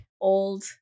old